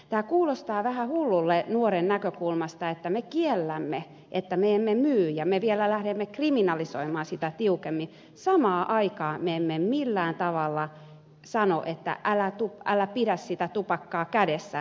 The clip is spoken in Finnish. tämä kuulostaa vähän hullulle nuoren näkökulmasta että me kiellämme myymisen ja me vielä lähdemme kriminalisoimaan sitä tiukemmin mutta samaan aikaan me emme millään tavalla sano että älä pidä sitä tupakkaa kädessä hallussa